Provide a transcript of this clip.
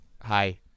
hi